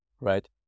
right